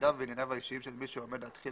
תפקידיו וענייניו האישיים של מי שעומד להתחיל